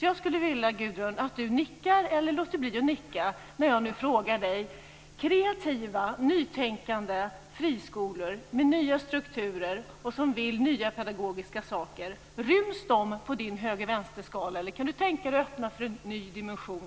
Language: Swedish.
Jag skulle alltså vilja, Gudrun, att du nickar eller låter bli att nicka när jag frågar dig: Ryms kreativa nytänkande friskolor med nya strukturer och som vill nya pedagogiska saker på din höger-vänster-skala, eller kan du tänka dig att öppna för en ny dimension?